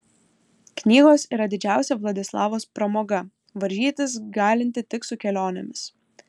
knygos yra didžiausia vladislavos pramoga varžytis galinti tik su kelionėmis